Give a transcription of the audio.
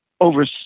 over